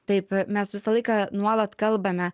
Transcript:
taip mes visą laiką nuolat kalbame